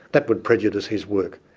that would prejudice his work.